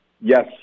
yes